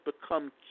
become